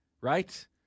right